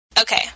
Okay